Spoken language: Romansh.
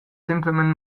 semplamein